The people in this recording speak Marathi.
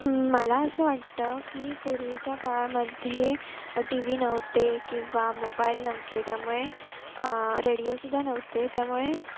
मला असं वाटतं की पूर्वीच्या काळामध्ये टी व्ही नव्हते किंवा मोबाईल नव्हते त्यामुळे रेडिओसुद्धा नव्हते त्यामुळे